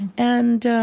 and